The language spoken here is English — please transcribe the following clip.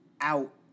out